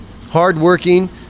Hard-working